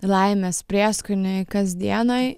laimės prieskonį kasdienoj